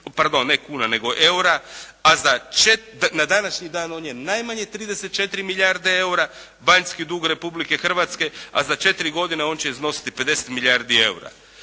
pardon ne kuna nego eura, a na današnji dan on je najmanje 34 milijarde eura vanjski dug Republike Hrvatske a za četiri godine on će iznositi 50 milijardi eura.